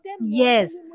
Yes